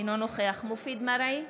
אינו נוכח מופיד מרעי,